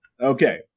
Okay